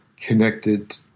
connected